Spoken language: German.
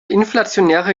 inflationäre